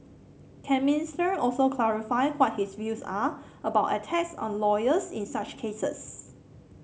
can Minister also clarify what his views are about attacks on lawyers in such cases